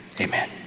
Amen